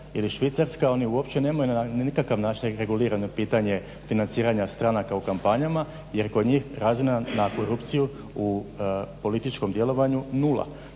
ili Švicarska oni uopće nemaju nikakav način regulirano pitanje financiranja stranaka u kampanjama jer kod njih razina na korupciju u političkom djelovanju nula.